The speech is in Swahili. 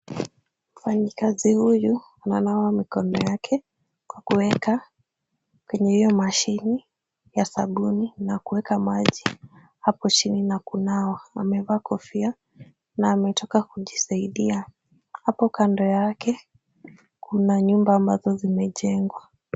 Mfanyikazi huyu ananawa mikono yake kwa kuweka kwenye hiyo mashine ya sabuni na kuweka maji hapo chini na kunawa. Amevaa kofia na ametoka kujisaidia. Hapo kando yake kuna nyumba ambazo zimejengwa.